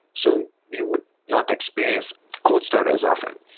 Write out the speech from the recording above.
so you would not experience cold start as often.